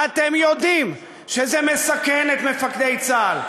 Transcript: אתם יודעים שזה מסכן את מפקדי צה"ל,